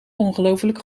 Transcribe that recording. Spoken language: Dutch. ongelooflijk